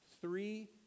Three